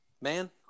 man